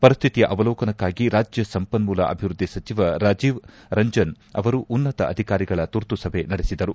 ಪರಿಸ್ತಿತಿಯ ಅವಲೋಕನಕ್ಕಾಗಿ ರಾಜ್ಯ ಸಂಪನ್ನೂಲ ಅಭಿವೃದ್ದಿ ಸಚಿವ ರಾಜೀವ್ ರಂಜನ್ ಅವರು ಉನ್ನತ ಅಧಿಕಾರಿಗಳ ತುರ್ತುಸಭೆ ನಡೆಸಿದರು